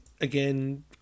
again